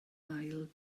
ail